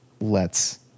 lets